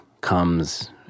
comes